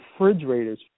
refrigerators